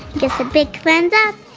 give us a big thumbs up,